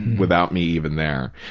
without me even there,